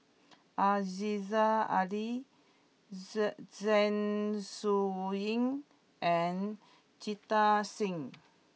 Aziza Ali Zeng Shouyin and Jita Singh